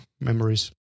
memories